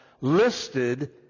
listed